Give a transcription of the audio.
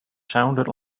sounded